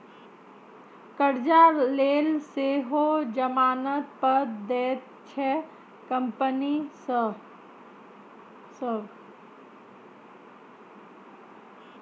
करजा लेल सेहो जमानत पत्र दैत छै कंपनी सभ